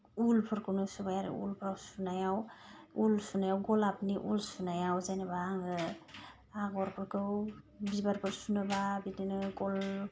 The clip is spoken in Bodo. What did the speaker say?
उलफोरखौनो सुबाय आरो उलफोर सुनायाव उल सुनायाव गलापनि उल सुनायाव जेनेबा आङो आगरफोरखौ बिबारखौ सुनोबा बिदिनो गल